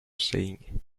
saying